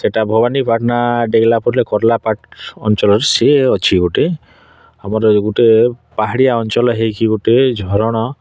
ସେଟା ଭବାନୀପାଟନା ଡେଇଁଲା ପରେ କଟଲାପାଟ୍ ଅଞ୍ଚଳରେ ସିଏ ଅଛି ଗୋଟେ ଆମର ଗୋଟେ ପାହାଡ଼ିଆ ଅଞ୍ଚଲ ହୋଇକି ଗୋଟେ ଝରଣ